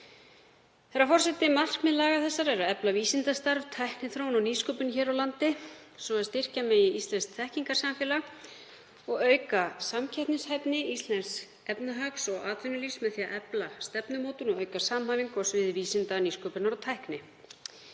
Herra forseti. Markmið laga þessara er að efla vísindastarf, tækniþróun og nýsköpun hér á landi svo styrkja megi íslenskt þekkingarsamfélag og auka samkeppnishæfni íslensks efnahags og atvinnulífs með því að efla stefnumótun og auka samhæfingu á sviði vísinda, nýsköpunar og tækni.